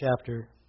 chapter